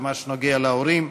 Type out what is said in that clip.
במה שנוגע להורים.